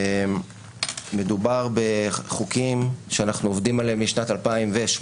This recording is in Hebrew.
מדובר בחוקים שאנחנו עובדים עליהם משנת 2018,